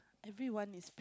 everyone is